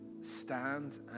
stand